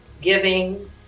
giving